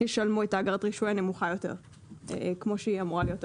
ישלמו את אגרת הרישוי הנמוכה יותר כמו שהיא אמורה להיות היום.